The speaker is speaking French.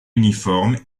uniforme